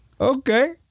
Okay